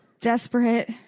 Desperate